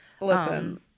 Listen